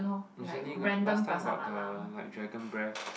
recently got last time got the like dragon breathe